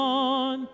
on